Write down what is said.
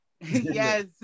Yes